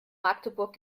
magdeburg